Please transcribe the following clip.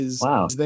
Wow